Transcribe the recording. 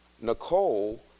Nicole